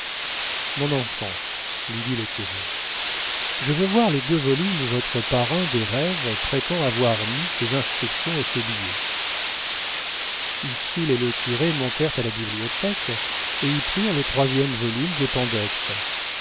mon enfant lui dit le curé je veux voir les deux volumes où votre parrain des rêves prétend avoir mis ses inscriptions et ses billets ursule et le curé montèrent à la bibliothèque et y prirent le troisième volume des pandectes